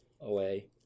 away